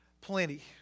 plenty